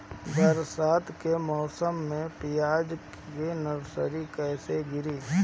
बरसात के मौसम में प्याज के नर्सरी कैसे गिरी?